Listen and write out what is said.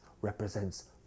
represents